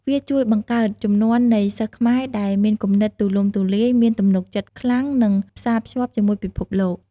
វាជួយបង្កើតជំនាន់នៃសិស្សខ្មែរដែលមានគំនិតទូលំទូលាយ មានទំនុកចិត្តខ្លាំង និងផ្សាភ្ជាប់ជាមួយពិភពលោក។